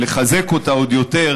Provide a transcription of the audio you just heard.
ולחזק אותה עוד יותר,